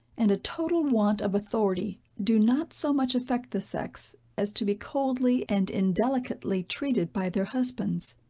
and a total want of authority, do not so much affect the sex, as to be coldly and indelicately treated by their husbands.